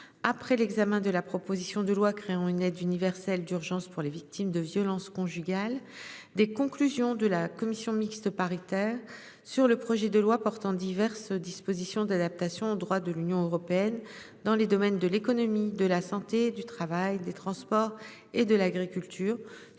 après l'examen de la proposition de loi créant une aide universelle d'urgence pour les victimes de violences conjugales. Des conclusions de la commission mixte paritaire sur le projet de loi portant diverses dispositions d'adaptation au droit de l'Union européenne dans les domaines de l'économie de la santé, du travail des transports et de l'agriculture